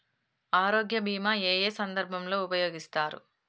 ఆరోగ్య బీమా ఏ ఏ సందర్భంలో ఉపయోగిస్తారు?